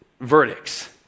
verdicts